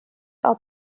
are